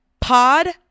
pod